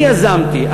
אני יזמתי,